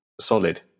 solid